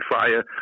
fire